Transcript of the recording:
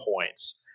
points